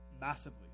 massively